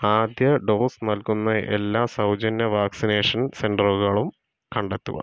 ആദ്യ ഡോസ് നൽകുന്ന എല്ലാ സൗജന്യ വാക്സിനേഷൻ സെൻ്ററുകളും കണ്ടെത്തുക